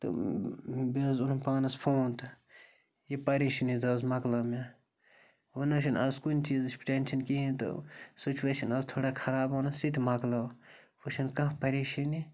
تہٕ بیٚیہِ حظ اوٚنُم پانَس فون تہٕ یہِ پریشٲنی تہٕ حظ مَکلٲو مےٚ وۄنۍ نہٕ حظ چھِنہٕ آز کُنۍ چیٖزٕچ ٹٮ۪نشَن کِہیٖنۍ تہٕ سُچویشَن ٲس تھوڑا خراب فونَس سُہ تہِ مَکلٲو وۄنۍ چھِنہٕ کانٛہہ پریشٲنی